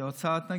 כי האוצר התנגד.